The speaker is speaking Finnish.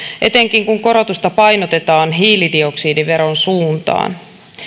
etenkin kun korotusta painotetaan hiilidioksidiveron suuntaan